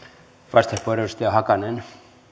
arvoisa puhemies